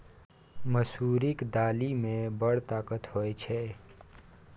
मसुरीक दालि मे बड़ ताकत होए छै